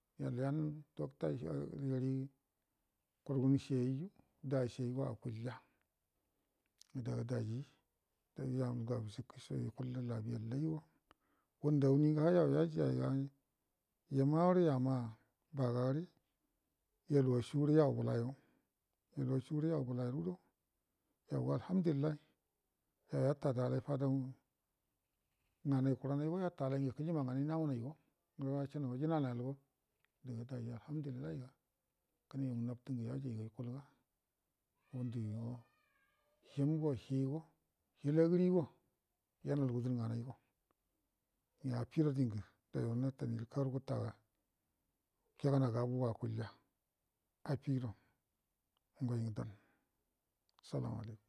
docta yari kurgun shiyayiju dashiyayi go akulya ga daji dau yu yal ngausho yakullə labiyallai ngudə anni ngə hallado yau yajai yomu yinarə yama'a baga reyaluwa shure yau bəlayo yaluwa shuru yau bəlayodo mega alhamdulillahi yau gata da lai fadau nganai kurai do yata yare ngə kəjima nganai nawanai ga ashanga jihahawalgo adago daji alhamdulillah ga kəne yangə nabətə ngə yayaiga yukul ga ngadu yo him go hi go lilagərigo yanalwudərə nganaigo nyo afido dingə dauwa natanirə karu gutaga ukegana gabago akulya afido ngoingə dan salamu alakum.